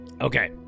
Okay